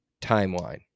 timeline